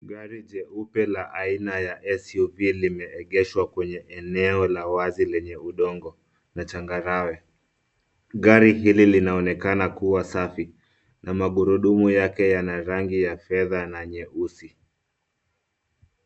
Gari jeupe la aina ya SUV limeegeshwa kwenye eneo la wazi lenye udongo na changarawe. Gari hili linaonekana kuwa safi na magurudumu yake yana rangi ya fedha na nyeusi.